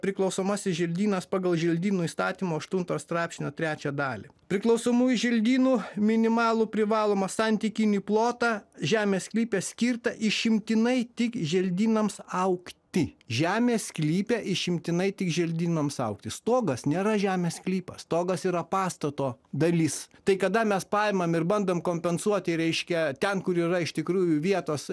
priklausomasis želdynas pagal želdynų įstatymo aštunto straipsnio trečią dalį priklausomųjų želdynų minimalų privalomą santykinį plotą žemės sklype skirta išimtinai tik želdynams augti žemės sklype išimtinai tik želdynams augti stogas nėra žemės sklypas stogas yra pastato dalis tai kada mes paimam ir bandome kompensuoti reiškia ten kur yra iš tikrųjų vietos